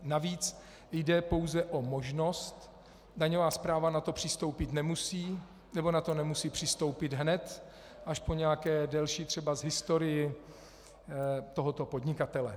Navíc jde pouze o možnost, daňová správa na to přistoupit nemusí, nebo na to nemusí přistoupit hned, až třeba po nějaké delší historii tohoto podnikatele.